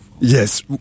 yes